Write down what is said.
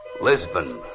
Lisbon